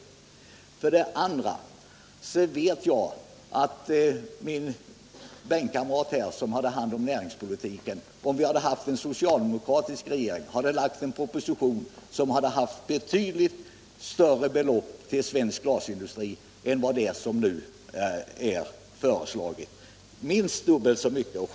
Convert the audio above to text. strin För det andra vet jag att min bänkkamrat som tidigare hade hand om näringspolitiken skulle —- om vi hade haft en socialdemokratisk regering — ha lagt fram en proposition där det föreslagits ett betydligt större belopp för svensk glasindustri, ett minst dubbelt så stort belopp.